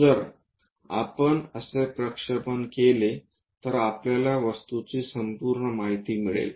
जर आपण असे प्रक्षेपण केले तर आपल्याला वस्तूची संपूर्ण माहिती मिळेल